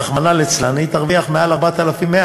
רחמנא ליצלן, היא תרוויח יותר מ-4,100.